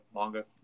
manga